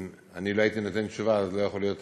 אם אני לא הייתי נותן תשובה, לא הייתה יכולה להיות